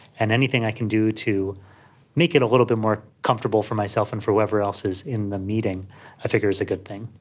and anything i can do to make it a little bit more comfortable for myself and for whoever else is in the meeting i figure is a good thing.